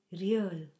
real